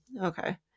okay